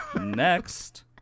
next